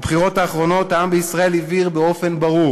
בבחירות האחרונות העם בישראל הבהיר באופן ברור